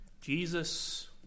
Jesus